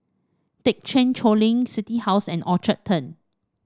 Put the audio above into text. Thekchen Choling City House and Orchard Turn